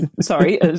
sorry